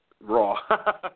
Raw